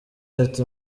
ati